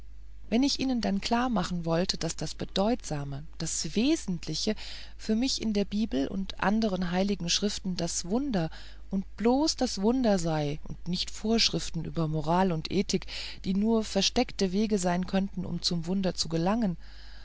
wenn ich ihnen dann klarmachen wollte daß das bedeutsame das wesentliche für mich in der bibel und anderen heiligen schriften das wunder und bloß das wunder sei und nicht vorschriften über moral und ethik die nur versteckte wege sein können um zum wunder zu gelangen